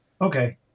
Okay